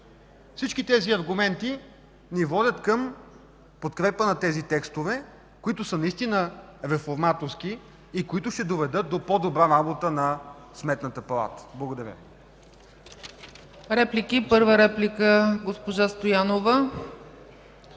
Всички тези аргументи ни водят към подкрепа на тези текстове, които наистина са реформаторски и които ще доведат до по-добра работа на Сметната палата. Благодаря